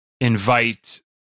invite